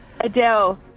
Adele